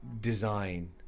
design